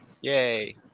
Yay